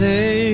Say